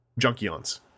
Junkions